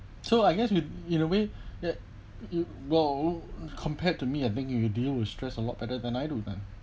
so I guess in in a way that you go compared to me I think if you deal with stress a lot better than I do then